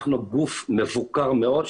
אנחנו גוף מבוקר מאוד.